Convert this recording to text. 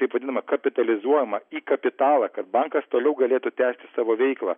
taip vadinama kapitalizuojama į kapitalą kad bankas toliau galėtų tęsti savo veiklą